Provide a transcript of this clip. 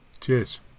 Cheers